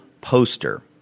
poster